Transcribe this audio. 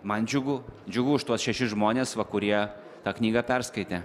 man džiugu džiugu už tuos šešis žmones va kurie tą knygą perskaitė